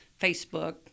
Facebook